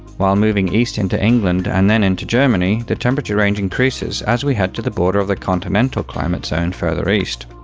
while moving east into england, and then into germany, the temperature range increases as we head to the border of the continental climate zone further east.